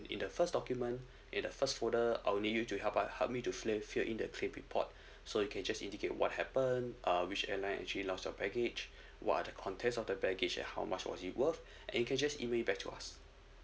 in the first document in the first folder I will need you to help us help me to fill fill in the claim report so you can just indicate what happen uh which airline actually lost your baggage what are the contents of the baggage and how much was it worth and you can just email it back to us